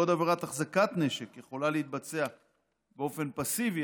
בעוד עבירת החזקת נשק יכולה להתבצע באופן פסיבי,